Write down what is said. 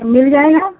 मिल जाएगा